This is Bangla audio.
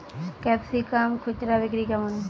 ক্যাপসিকাম খুচরা বিক্রি কেমন?